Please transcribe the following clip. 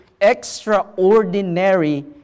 extraordinary